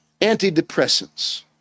antidepressants